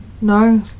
No